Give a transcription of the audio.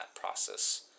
process